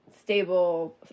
stable